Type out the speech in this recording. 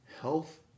health